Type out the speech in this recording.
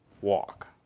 walk